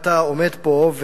ואתה עומד פה,